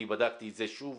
אני בדקתי את זה שוב.